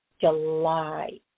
July